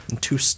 Two